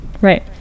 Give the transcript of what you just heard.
Right